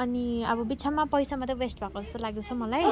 अनि अब बित्थामा पैसा मात्रै वेस्ट भएको जस्तो लाग्दैछ मलाई